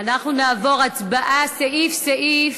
אלה סעיפים שונים.